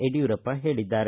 ಯಡಿಯೂಪ್ಪ ಹೇಳದ್ದಾರೆ